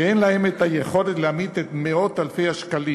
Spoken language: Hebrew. שאין להן יכולת להעמיד את מאות-אלפי השקלים